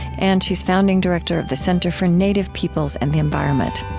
and she's founding director of the center for native peoples and the environment.